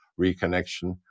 reconnection